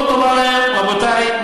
בוא תאמר להם: רבותי,